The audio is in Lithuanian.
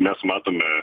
mes matome